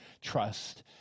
trust